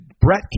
Brett